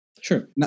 Sure